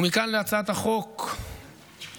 ומכאן להצעת החוק שבפניכם.